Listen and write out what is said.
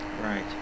Right